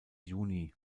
juni